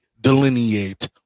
delineate